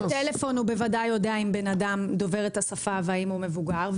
בטלפון הוא בוודאי יודע אם בן אדם דובר את השפה והאם הוא מבוגר.